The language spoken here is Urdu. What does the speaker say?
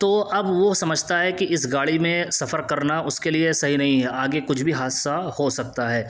تو اب وہ سمجھتا ہے کہ اس گاڑی میں سفر کرنا اس کے لیے صحیح نہیں ہے آگے کچھ بھی حادثہ ہو سکتا ہے